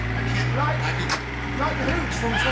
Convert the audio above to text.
ah can't like like hooch from